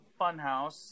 Funhouse